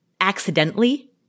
accidentally